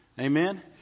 Amen